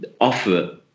offer